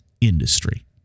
industry